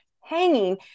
hanging